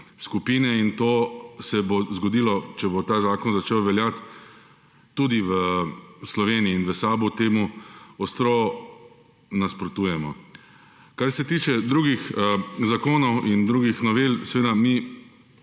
skupine in to se bo zgodilo, če bo ta zakon začel veljati, tudi v Sloveniji in v SAB temu ostro nasprotujemo. Kar se tiče drugih zakonov in drugih novel, seveda mi